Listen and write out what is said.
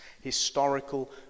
historical